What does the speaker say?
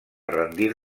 rendir